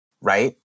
Right